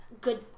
good